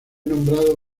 nombrada